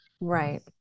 Right